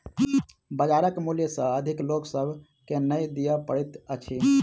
बजारक मूल्य सॅ अधिक लोक सभ के नै दिअ पड़ैत अछि